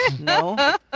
No